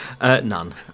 None